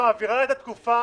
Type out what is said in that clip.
שמעבירה את התקופה